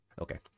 Okay